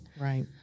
right